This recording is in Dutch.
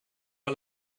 wel